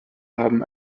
haben